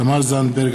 תמר זנדברג,